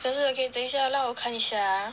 可是 okay 等一下让我看一下 ah